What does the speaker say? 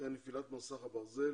אחרי נפילת מסך הברזל